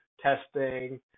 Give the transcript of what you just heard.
testing